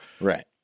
right